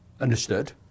understood